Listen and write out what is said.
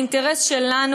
האינטרס שלנו,